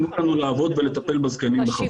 תנו לנו לעבוד ולטפל בזקנים בכבוד.